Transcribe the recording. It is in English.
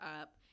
up